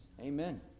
Amen